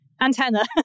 antenna